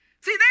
See